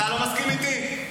אתה לא מסכים איתי?